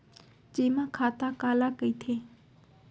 जेमा खाता काला कहिथे?